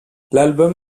l’album